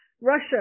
Russia